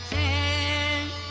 a